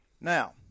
Now